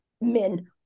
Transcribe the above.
men